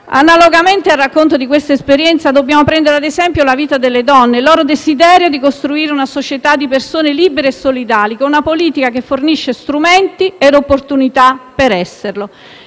Analogamente al racconto di questa esperienza dobbiamo prendere ad esempio la vita delle donne e il loro desiderio di costruire una società di persone libere e solidali, con una politica che fornisca strumenti e opportunità per esserlo.